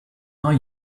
are